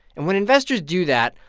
and when investors do that,